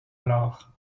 alors